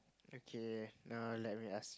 okay now let me ask